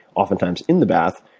oftentimes in the bath,